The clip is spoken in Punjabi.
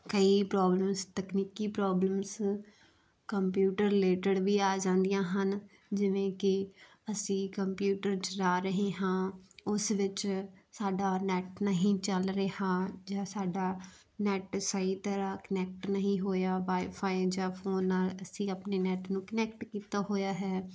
ਕਈ ਪ੍ਰੋਬਲਮਸ ਤਕਨੀਕੀ ਪ੍ਰੋਬਲਮਸ ਕੰਪਿਊਟਰ ਰਿਲੇਟਡ ਵੀ ਆ ਜਾਂਦੀਆਂ ਹਨ ਜਿਵੇਂ ਕਿ ਅਸੀਂ ਕੰਪਿਊਟਰ ਚਲਾ ਰਹੇ ਹਾਂ ਉਸ ਵਿੱਚ ਸਾਡਾ ਨੈਟ ਨਹੀਂ ਚੱਲ ਰਿਹਾ ਜਾਂ ਸਾਡਾ ਨੈਟ ਸਹੀ ਤਰ੍ਹਾਂ ਕਨੈਕਟ ਨਹੀਂ ਹੋਇਆ ਵਾਏਫਾਏ ਜਾਂ ਫੋਨ ਨਾਲ ਅਸੀਂ ਆਪਣੇ ਨੈਟ ਨੂੰ ਕਨੈਕਟ ਕੀਤਾ ਹੋਇਆ ਹੈ